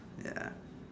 ya